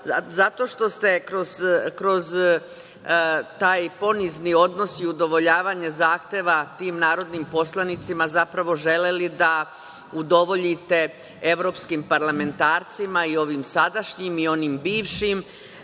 zato što ste kroz taj ponizni odnos i udovoljavanje zahteva tim narodnim poslanicima zapravo želeli da udovoljite evropskim parlamentarcima i ovim sadašnjim i onim bivšim,